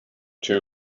two